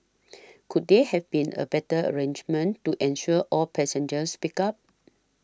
couldn't there have been a better arrangement to ensure all passengers picked up